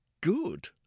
good